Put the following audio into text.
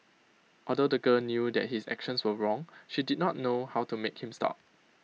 although the girl knew that his actions were wrong she did not know how to make him stop